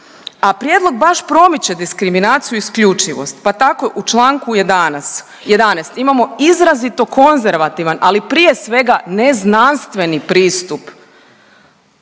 a prijedlog baš promiče diskriminaciju i isključivost, pa tako u čl. 11 imamo izrazito konzervativan, ali prije svega, neznanstveni pristup